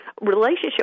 relationship